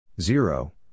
Zero